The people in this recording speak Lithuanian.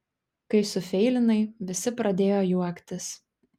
kai sufeilinai visi pradėjo juoktis